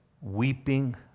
weeping